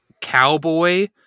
cowboy